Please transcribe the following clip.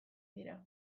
dira